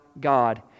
God